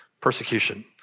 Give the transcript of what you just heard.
Persecution